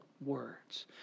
words